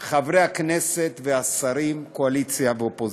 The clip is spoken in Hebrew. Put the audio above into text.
חברי הכנסת והשרים, קואליציה ואופוזיציה.